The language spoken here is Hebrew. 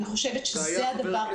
זה הדבר,